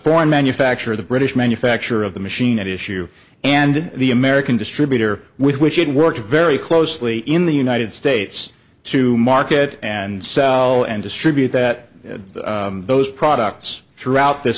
foreign manufacturer the british manufacturer of the machine at issue and the american distributor with which it worked very closely in the united states to market and sell and distribute that those products throughout this